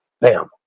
Bam